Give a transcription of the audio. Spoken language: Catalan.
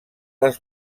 les